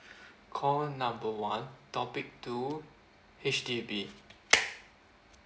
call number one topic two H_D_B